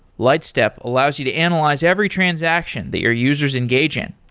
lightstep allows you to analyze every transaction that your users engage in.